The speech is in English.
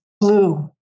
blue